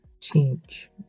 change